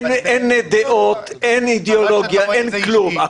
אין דעות, אין אידיאולוגיה, אין כלום.